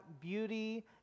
beauty